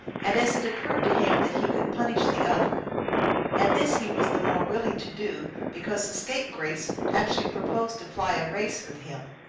and as it occurred to him that he could punish the other and this he was the more willing to do because the scapegrace actually proposed to fly a race with him!